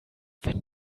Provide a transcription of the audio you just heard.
wenn